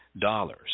dollars